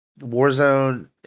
Warzone